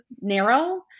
narrow